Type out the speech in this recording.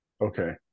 okay